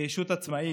כישויות עצמאיות,